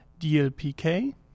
DLPK